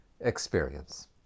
experience